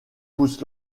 pousse